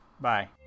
bye